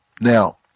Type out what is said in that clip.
Now